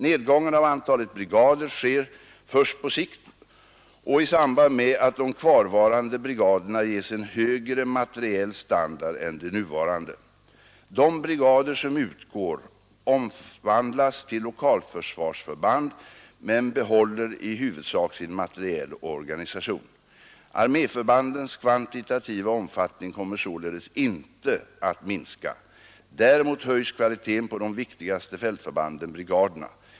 Nedgången av antalet brigader sker först på sikt och i samband med att de kvarvarande brigaderna ges en högre materiell standard än de nuvarande. De brigader som utgår omvandlas till lokalförsvarsförband men behåller i huvudsak sin materiel och organisation. Arméförbandens kvantitativa omfattning kommer således inte att minska. Däremot höjs kvaliteten på de viktigaste fältförbanden — brigaderna.